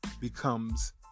becomes